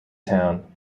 town